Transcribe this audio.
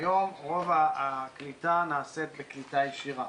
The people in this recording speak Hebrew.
היום רוב הקליטה נעשית בקליטה ישירה,